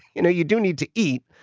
you know you do need to eat!